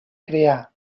crear